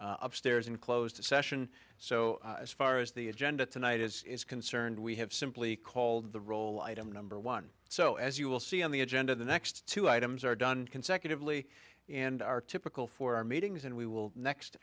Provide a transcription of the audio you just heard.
upstairs in closed session so as far as the agenda tonight is concerned we have simply called the roll item number one so as you will see on the agenda the next two items are done consecutively and are typical for our meetings and we will next